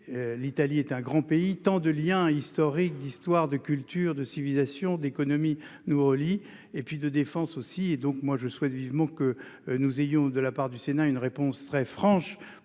l'Italie est un grand pays tant de Liens historiques d'histoire, de culture, de civilisation d'économie nous relie et puis de défense aussi, donc moi je souhaite vivement que nous ayons de la part du sénat une réponse très franches